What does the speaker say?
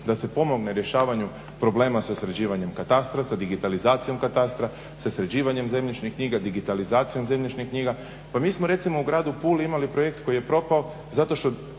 da se pomogne rješavanju problema sa sređivanjem katastra, sa digitalizacijom katastra, sa sređivanjem zemljišnih knjiga, digitalizacijom zemljišnih knjiga, pa mi smo recimo u gradu Puli imali projekt koji je propao zato što